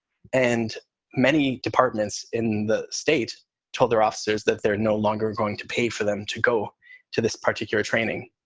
and many departments in the state told their officers that they're no longer going to pay for them to go to this particular training.